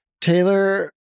Taylor